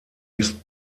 ist